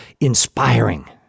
inspiring